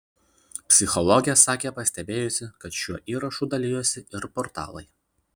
psichologė sakė pastebėjusi kad šiuo įrašu dalijosi ir portalai